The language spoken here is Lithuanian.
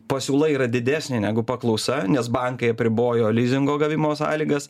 pasiūla yra didesnė negu paklausa nes bankai apribojo lizingo gavimo sąlygas